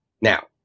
now